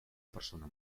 persona